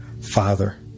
father